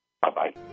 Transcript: Bye-bye